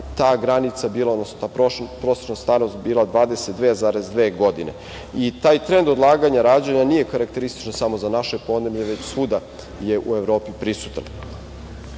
ta granica bila, odnosno ta prosečna starost bila 22,2 godine. Taj trend odlaganja rađanja nije karakterističan samo za naše podneblje, već je svuda u Evropi prisutan.